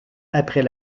après